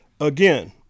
Again